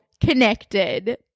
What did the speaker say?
connected